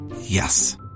Yes